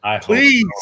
Please